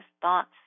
thoughts